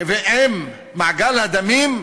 עם מעגל הדמים,